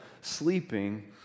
sleeping